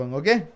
okay